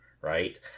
right